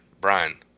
Brian